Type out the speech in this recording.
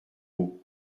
haut